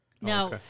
No